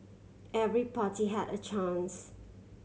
every party had a chance